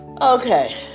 Okay